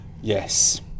Yes